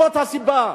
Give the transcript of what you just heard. זאת הסיבה.